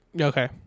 Okay